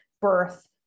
birth